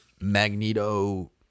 Magneto